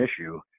issue